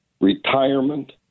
retirement